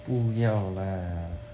不要 lah